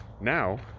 now